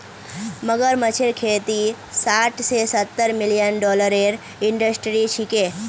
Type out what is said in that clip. मगरमच्छेर खेती साठ स सत्तर मिलियन डॉलरेर इंडस्ट्री छिके